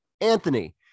anthony